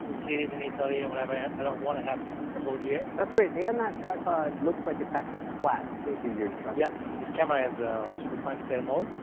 cities in italy and whenever i don't wanna have the whole gear. that's great, and that tripod looks like it packs up flat so it's easier to with. yeah this camera has a super fine detailed mode.